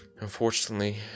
unfortunately